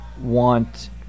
want